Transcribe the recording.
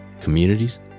communities